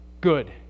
Good